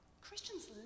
Christians